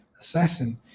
assassin